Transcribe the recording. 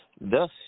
thus